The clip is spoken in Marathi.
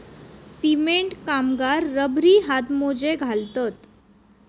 सिमेंट कामगार रबरी हातमोजे घालतत